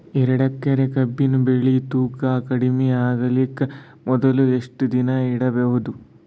ಎರಡೇಕರಿ ಕಬ್ಬಿನ್ ಬೆಳಿ ತೂಕ ಕಡಿಮೆ ಆಗಲಿಕ ಮೊದಲು ಎಷ್ಟ ದಿನ ಇಡಬಹುದು?